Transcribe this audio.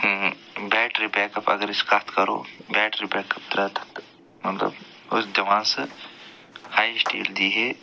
battery backup اگر أسۍ کتھ کَرو بٮ۪ٹری بٮ۪کپ دراو تتھ مطلب اوس دِوان سُہ ہایشٹ ییٚلہِ دِہَے